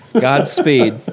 Godspeed